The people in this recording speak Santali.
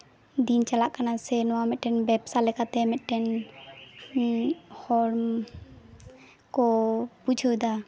ᱫᱤᱱ ᱪᱟᱞᱟᱜ ᱠᱟᱱᱟ ᱥᱮ ᱱᱚᱣᱟ ᱵᱮᱵᱥᱟ ᱞᱮᱠᱟᱛᱮ ᱢᱮᱫᱴᱮᱱ ᱦᱚᱨᱱ ᱠᱚ ᱵᱩᱡᱷᱟᱹᱣᱫᱟ